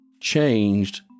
changed